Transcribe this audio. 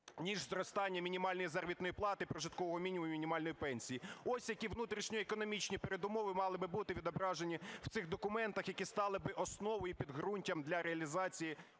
ніж зростання мінімальної заробітної плати, прожиткового мінімуму і мінімальної пенсії. Ось які внутрішньо економічні передумови мали би бути відображені в цих документах, які стали би основною і підґрунтям для реалізації